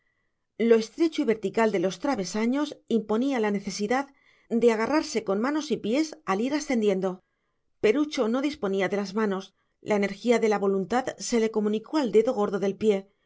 lo estrecho y vertical de los travesaños imponía la necesidad de agarrarse con manos y pies al ir ascendiendo perucho no disponía de las manos la energía de la voluntad se le comunicó al dedo gordo del pie